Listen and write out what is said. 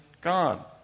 God